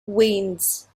winds